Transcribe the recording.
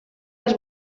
els